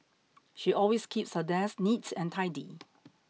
she always keeps her desk neat and tidy